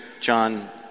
John